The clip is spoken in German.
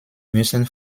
müssen